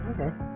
Okay